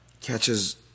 catches